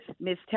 miss